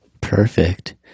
Perfect